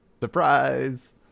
Surprise